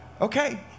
okay